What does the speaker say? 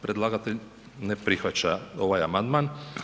Predlagatelj ne prihvaća ovaj amandman.